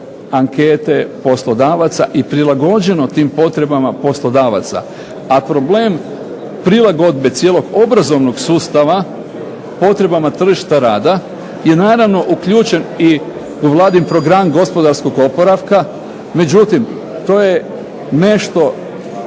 ankete poslodavaca i prilagođeno tim potrebama poslodavaca. A problem prilagodbe cijelog obrazovnog sustava potrebama tržišta rada, je naravno uključen u Vladin program gospodarskog oporavka, međutim, to je nešto